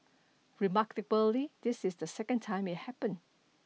remarkably this is the second time it happened